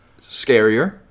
scarier